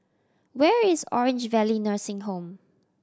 where is Orange Valley Nursing Home